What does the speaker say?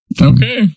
Okay